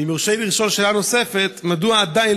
אם יורשה לי לשאול שאלה נוספת: מדוע עדיין